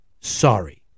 sorry